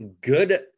good